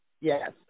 yes